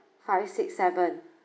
five six seven